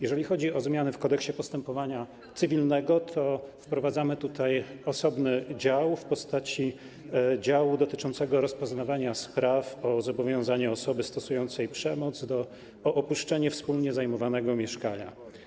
Jeżeli chodzi o zmiany w Kodeksie postępowania cywilnego, to wprowadzamy tutaj osobny dział w postaci działu dotyczącego rozpoznawania spraw o zobowiązanie osoby stosującej przemoc do opuszczenia wspólnie zajmowanego mieszkania.